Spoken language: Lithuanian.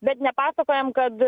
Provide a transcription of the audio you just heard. bet nepasakojam kad